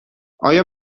آیا